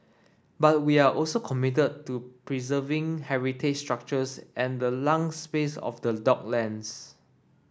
but we are also committed to preserving heritage structures and the lung space of the docklands